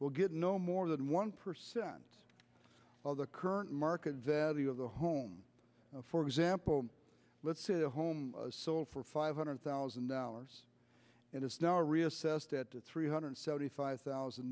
will get no more than one percent of the current market value of the home for example let's say the home sold for five hundred thousand dollars and is now reassessed at three hundred seventy five thousand